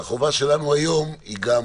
כשהחובה שלנו היום היא גם